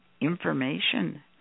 information